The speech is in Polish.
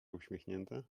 uśmiechnięte